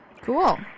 Cool